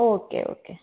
okay okay